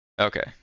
Okay